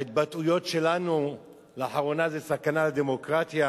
ההתבטאויות שלנו לאחרונה זה סכנה לדמוקרטיה.